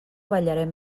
ballarem